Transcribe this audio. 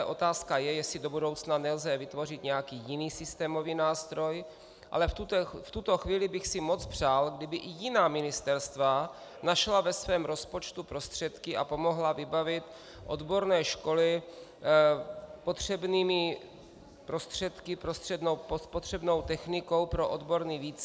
Otázka je, jestli do budoucna nelze vytvořit nějaký jiný systémový nástroj, ale v tuto chvíli bych si moc přál, kdyby i jiná ministerstva našla ve svém rozpočtu prostředky a pomohla vybavit odborné školy potřebnými prostředky, potřebnou technikou pro odborný výcvik.